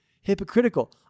hypocritical